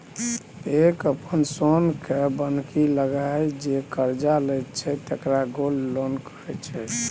लोक अपन सोनकेँ बन्हकी लगाए जे करजा लैत छै तकरा गोल्ड लोन कहै छै